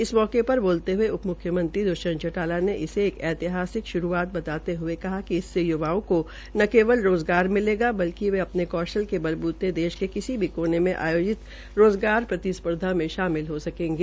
इस अवसरपर बोलते हये उपम्ख्यमंत्री द्ष्यंत चौटाला ने इसे ऐतिहासिक श्रूआत बताते हये कहा कि इससे युवाओं को न केवल रोज़गार मिलेगा बल्कि वे अपने कौशल के बलबूते देश के किसी भी कोने में आयोजित रोज़गार प्रतिस्पर्धा में शामिल हो सकेंगे